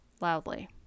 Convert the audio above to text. loudly